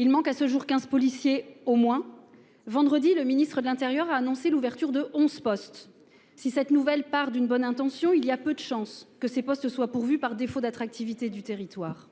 il manque à ce jour 15 policiers au moins vendredi le ministre de l'Intérieur a annoncé l'ouverture de 11 postes. Si cette nouvelle part d'une bonne intention, il y a peu de chances que ces postes soient pourvus par défaut d'attractivité du territoire.